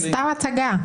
סתם הצגה.